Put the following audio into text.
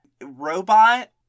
robot